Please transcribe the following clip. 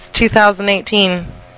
2018